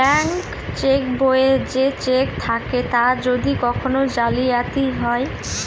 bank cheque বইয়ে যে cheque থাকে তার যদি কখন জালিয়াতি হয়